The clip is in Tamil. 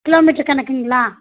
கிலோமீட்டரு கணக்குங்களா